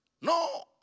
No